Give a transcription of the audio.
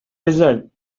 result